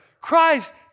Christ